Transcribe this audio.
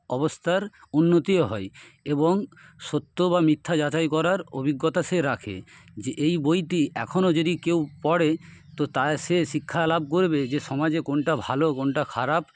অবস্থার উন্নতিও হয় এবং সত্য বা মিথ্যা যাচাই করার অভিজ্ঞতা সে রাখে যে এই বইটি এখনও যদি কেউ পড়ে তো তায় সে শিক্ষা লাভ করবে যে সমাজে কোনটা ভালো কোনটা খারাপ